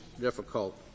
difficult